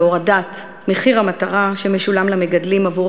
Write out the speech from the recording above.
להורדת מחיר המטרה שמשולם למגדלים עבור